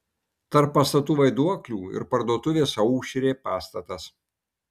tarp pastatų vaiduoklių ir parduotuvės aušrė pastatas